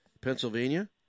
Pennsylvania